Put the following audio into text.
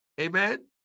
Amen